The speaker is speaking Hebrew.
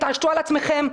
תתעשתו על עצמכם.